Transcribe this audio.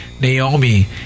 Naomi